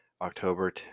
October